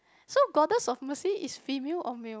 so Goddess of Mercy is female or male